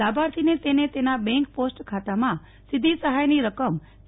લાભાર્થીઓને તેના bank post ખાતામાં સીધી સહાયની રકમ ડી